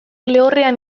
lehorrean